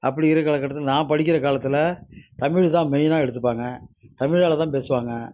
அப்படி இருக்கிற கட்டத்தில் நான் படிக்கிற காலத்தில் தமிழ் தான் மெயினாக எடுத்துப்பாங்க தமிழால் தான் பேசுவாங்க